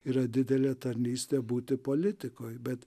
yra didelė tarnystė būti politikoj bet